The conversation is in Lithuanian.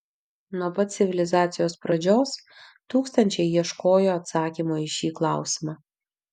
nuo pat civilizacijos pradžios tūkstančiai ieškojo atsakymo į šį klausimą